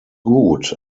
gut